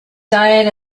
diet